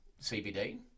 CBD